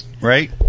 right